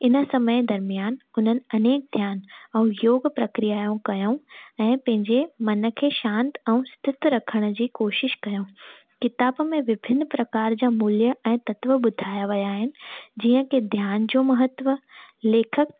इन समय दरमियान हुननि अनेक ध्यानु ऐं योग प्रक्रियाऊं कयूं ऐं पंहिंजे मन खे शांत ऐं स्थित रखण जी कोशिशि कयूं किताब में विभिन्न प्रकार जा मूल्य ऐं तत्व ॿुधायां विया आहिनि जीअं की ध्यानु जो महत्व लेखक